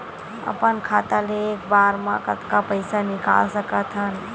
अपन खाता ले एक बार मा कतका पईसा निकाल सकत हन?